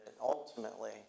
Ultimately